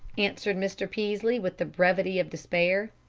answered mr. peaslee, with the brevity of despair.